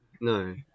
no